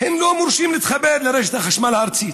הם לא מורשים להתחבר לרשת החשמל הארצית,